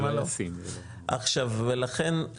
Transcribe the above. ולכן,